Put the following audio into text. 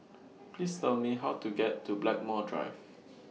Please Tell Me How to get to Blackmore Drive